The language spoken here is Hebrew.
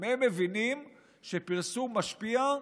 גם הם מבינים שפרסום משפיע,